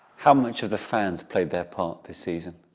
how much have the fans played their part this season?